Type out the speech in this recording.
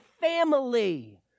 family